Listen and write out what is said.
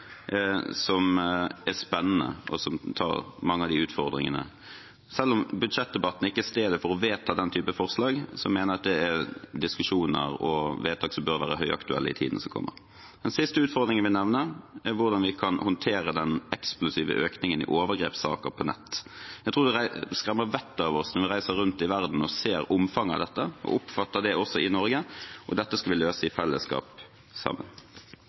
som er spennende, og som tar mange av de utfordringene. Selv om budsjettdebatten ikke er stedet for å vedta den typen forslag, mener jeg at det er diskusjoner og vedtak som bør være høyaktuelle i tiden som kommer. Den siste utfordringen jeg vil nevne, er hvordan vi kan håndtere den eksplosive økningen i overgrepssaker på nett. Jeg tror det skremmer vettet av oss når vi reiser rundt i verden og ser omfanget av dette og oppfatter det også i Norge. Dette skal vi løse i fellesskap sammen.